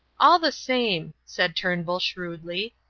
all the same, said turnbull, shrewdly,